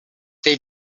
they